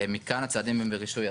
מכאן הצעדים הם ברישוי,